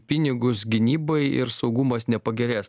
pinigus gynybai ir saugumas nepagerės